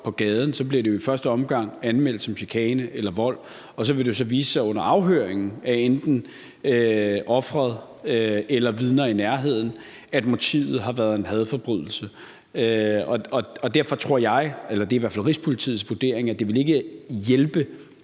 på gaden, så bliver det i første omgang anmeldt som chikane eller vold, og så vil det jo så vise sig under afhøringen af enten offeret eller vidner i nærheden, at motivet har været en hadforbrydelse. Derfor tror jeg, eller det er i hvert fald Rigspolitiets vurdering, at det ikke vil hjælpe